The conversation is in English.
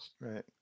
right